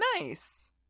Nice